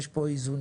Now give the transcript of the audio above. יש פה איזונים.